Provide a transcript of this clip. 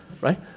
Right